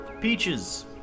peaches